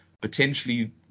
potentially